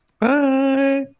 Bye